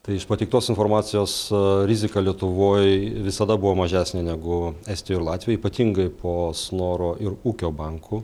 tai iš pateiktos informacijos rizika lietuvoj visada buvo mažesnė negu estijoj ar latvijoj ypatingai po snoro ir ūkio bankų